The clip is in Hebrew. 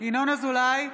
ינון אזולאי,